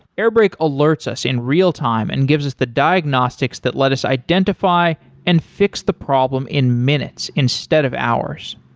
airbrake alerts us in real time and gives us the diagnostics that let us identify and fix the problem in minutes instead of hours.